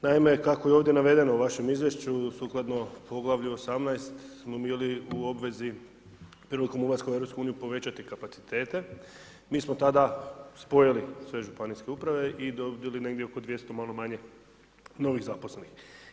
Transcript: Naime, kako je ovdje navedeno u vašem Izvješću sukladno poglavlju 18. smo bili u obvezi prilikom ulaska u EU povećati kapacitete, mi smo tada spojili sve županijske uprave i dobili negdje oko 200, malo manje novih zaposlenih.